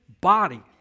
body